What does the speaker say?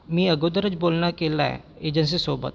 मी अगोदरचं बोलणं केलंय एजन्सीसोबत